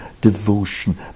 devotion